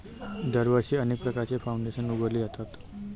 दरवर्षी अनेक प्रकारचे फाउंडेशन उघडले जातात